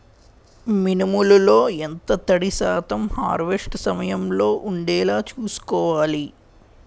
మినుములు లో ఎంత తడి శాతం హార్వెస్ట్ సమయంలో వుండేలా చుస్కోవాలి?